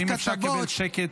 אם אפשר לקבל שקט.